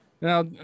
Now